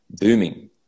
booming